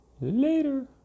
later